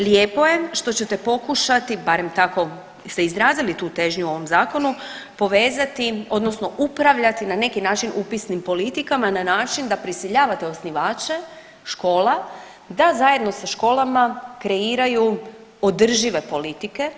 Lijepo je što ćete pokušati, barem tako ste izrazili tu težnju u ovom zakonu povezati odnosno upravljati na neki način upisnim politikama na način da prisiljavate osnivače škola da zajedno sa školama kreiraju održive politike.